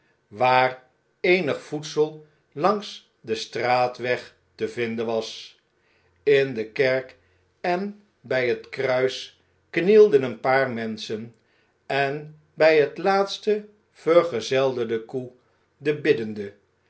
waar eenig voedsel langs den straatweg te vinden was in de kerk en bij het kruis knielden een paar menschen en bij hetlaatste vergezelde de koe den biddende